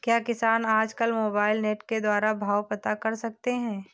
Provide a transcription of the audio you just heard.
क्या किसान आज कल मोबाइल नेट के द्वारा भाव पता कर सकते हैं?